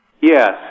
Yes